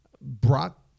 Brock